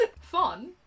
Fun